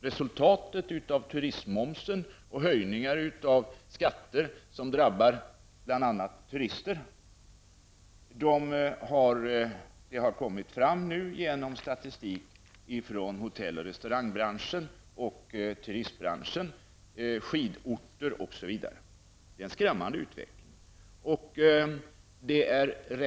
Resultatet av turistmomsen och höjningar av skatter som bl.a. drabbar turister har kommit fram genom statistik från hotell och restaurangbranschen, turistbranschen, skidorter osv. Det är en skrämmande utveckling.